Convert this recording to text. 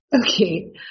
Okay